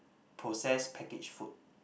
processed packaged food